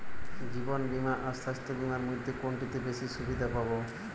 জীবন বীমা আর স্বাস্থ্য বীমার মধ্যে কোনটিতে বেশী সুবিধে পাব?